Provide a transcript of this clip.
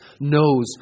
knows